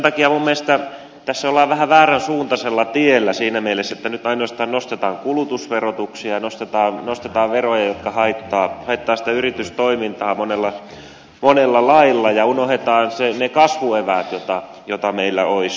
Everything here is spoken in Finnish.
minun mielestäni tässä ollaan vähän vääränsuuntaisella tiellä siinä mielessä että nyt ainoastaan nostetaan kulutusverotuksia ja nostetaan veroja jotka haittaavat yritystoimintaa monella lailla ja unohdetaan ne kasvueväät joita meillä olisi saatavissa